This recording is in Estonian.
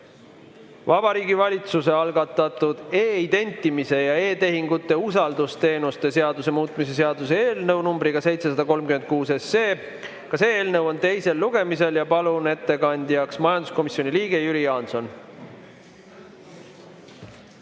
Vabariigi Valitsuse algatatud e-identimise ja e-tehingute usaldusteenuste seaduse muutmise seaduse eelnõu numbriga 736. Ka see eelnõu on teisel lugemisel. Palun ettekandjaks majanduskomisjoni liikme Jüri Jaansoni!